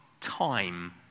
time